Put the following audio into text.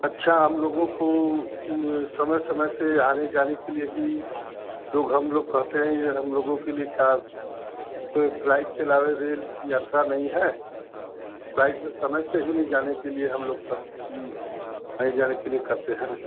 अच्छा हम लोगों को समय समय से आने जाने के लिये ही लोग हम लोग कहते हैं ये हम लोगों के लिये क्या फ्लाइट के अलावे रेल यात्रा नहीं है फ्लाइट तो समय से ही न जाने के लिये हम लोग कह आने जाने के लिये करते हैं